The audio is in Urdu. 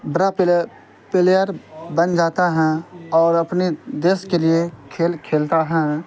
بڑا پلیئر بن جاتا ہیں اور اپنے دیس کے لیے کھیل کھیلتا ہیں